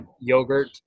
yogurt